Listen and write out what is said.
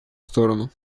сторону